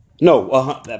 No